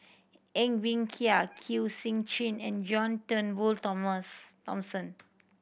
Ng Bee Kia Kwek Siew Jin and John Turnbull Thomas Thomson